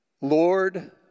Lord